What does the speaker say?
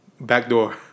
backdoor